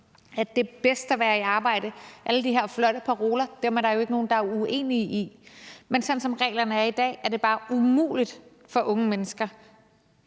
at det er bedst at være i arbejde, og alle de her flotte paroler er der jo ikke nogen der er uenige i. Men sådan som reglerne er i dag, er det bare umuligt for unge mennesker